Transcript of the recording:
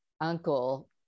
uncle